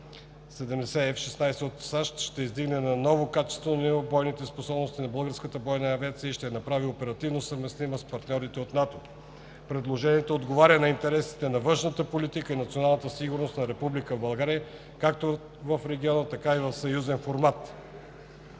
70 F-16 от САЩ ще издигне на ново качествено ниво бойните способности на българската бойна авиация и ще я направи оперативно съвместима с партньорите от НАТО. Предложението отговаря на интересите на външната политика и национална сигурност на Република България както в региона, така и в съюзен формат.